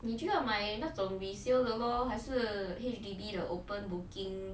你就要买那种 resale lor 还是 H_D_B open booking